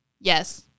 yes